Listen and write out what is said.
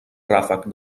ràfec